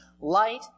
Light